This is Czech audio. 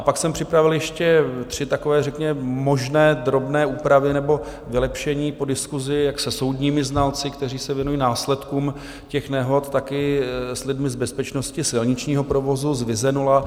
Pak jsem připravil ještě tři takové řekněme možné drobné úpravy nebo vylepšení po diskusi jak se soudními znalci, kteří se věnují následkům nehod, tak i s lidmi z bezpečnosti silničního provozu, z VIZE 0.